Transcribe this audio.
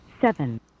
seven